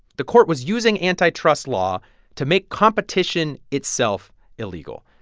the court was using antitrust law to make competition itself illegal.